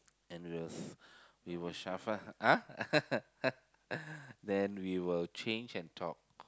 and we will s~ we will shuffle !huh! then we will change and talk